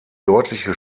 deutliche